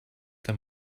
them